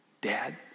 dad